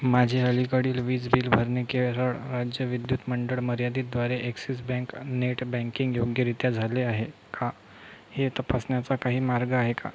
माझे अलीकडील वीज बिल भरणे केरळ राज्य विद्युत मंडळ मर्यादितद्वारे एक्सिस बँक नेट बँकिंग योग्यरीत्या झाले आहे का हे तपासण्याचा काही मार्ग आहे का